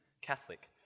Catholic